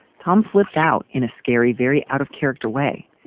tom slipped out in a scary, very out-of-character way,